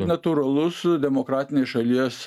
natūralus demokratinės šalies